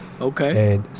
Okay